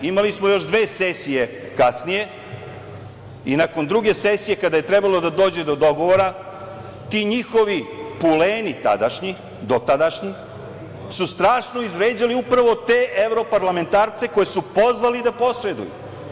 Imali smo još dve sesije kasnije i nakon druge sesije, kada je trebalo da dođe do dogovora, ti njihovi puleni tadašnji, dotadašnji, su strašno izvređali upravo te evroparlamentarce koje su pozvali da posreduju.